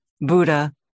Buddha